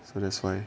so that's why